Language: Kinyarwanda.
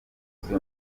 kuri